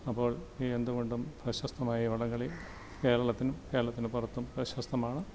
അപ്പോൾ എന്തുകൊണ്ടും പ്രശസ്തമായ വള്ളംകളി കേളത്തിനും കേരളത്തിനു പുറത്തും പ്രശസ്തമാണ്